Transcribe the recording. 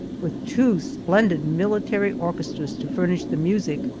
with two splendid military orchestras to furnish the music,